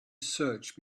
search